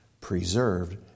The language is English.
preserved